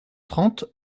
trente